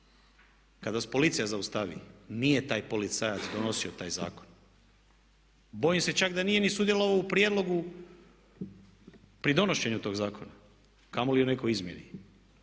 Kad vas policija zaustavi nije taj policajac donosio taj zakon. Bojim se čak da nije ni sudjelovao u prijedlogu pri donošenju tog zakona kamoli u nekoj izmjeni.